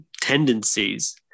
tendencies